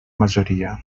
majoria